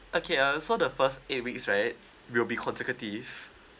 okay uh so the first eight weeks right will be consecutive